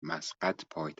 پایتخت